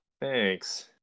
thanks